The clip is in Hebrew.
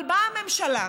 אבל באה הממשלה,